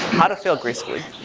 how to fail gracefully.